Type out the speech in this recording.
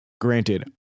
Granted